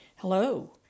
Hello